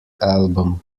album